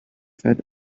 fat